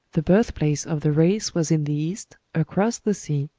the birthplace of the race was in the east, across the sea,